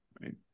Right